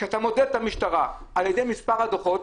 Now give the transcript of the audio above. כשאתה מודד את המשטרה על פי מס' הדוחות,